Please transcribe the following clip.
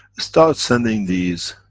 start sending these.